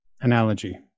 analogy